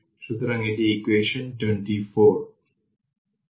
এবং অন্যথায় আপনি যদি সেই ফোরাম এ সঠিক উত্তর দিতে না পারেন তবে চিন্তা করবেন না